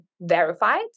verified